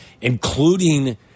including